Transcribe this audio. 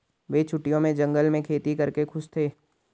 वे छुट्टियों में जंगल में खेती करके खुश थे